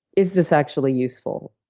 is this actually useful?